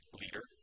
leader